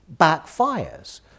backfires